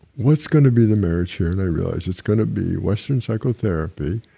what's going to be the marriage here, and i realized it's going to be western psychotherapy.